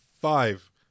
five